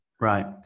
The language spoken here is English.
right